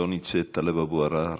לא נמצאת, טלב אבו עראר,